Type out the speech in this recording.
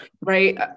Right